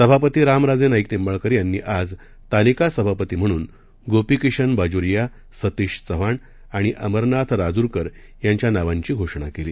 सभापती रामराजे नाईक निंबाळकर यांनी आज तालिका सभापती म्हणून गोपीकिशन बाजोरिया सतीश चव्हाण आणि अमरनाथ राजूरकर यांच्या नावाची घोषणा केली